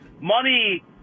Money